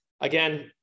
Again